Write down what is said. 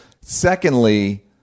Secondly